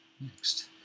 next